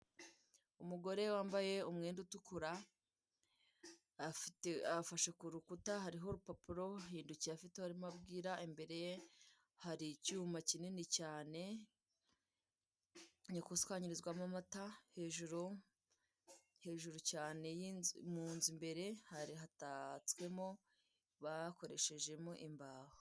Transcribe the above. Umugore wambaye umwenda utukura, afashe ku rukuta hariho urupapuro, ahindukiye afite uwo arimo abwira, imbere ye hari icyuma kinini cyane gikuswanyirizwamo amata, hejuru cyane mu nzu imbere hatatswemo bakoreshejemo imbaho.